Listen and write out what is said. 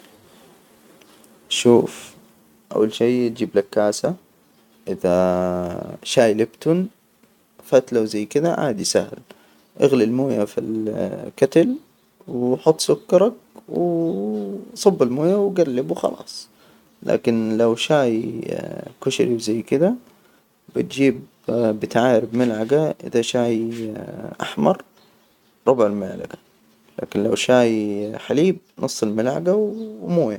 شوف، أول شي جيب لك كاسة، إذا شاي لبتون فتلة وزي كدا، عادي سهل اغلي المويه في ال- الكاتل، وحط سكرك، و صب المويه وجلب و خلاص، لكن لو شاي كشري وزي كده بتجيب بتعارب ملعجة إذا شاي أحمر، ربع المعلجة. لكن لو شاي حليب نص الملعجة و- وميه.